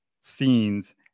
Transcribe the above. scenes